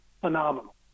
phenomenal